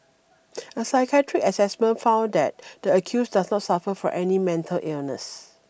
a psychiatric assessment found that the accused does not suffer from any mental illness